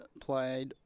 played